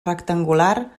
rectangular